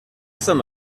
some